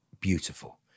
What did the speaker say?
beautiful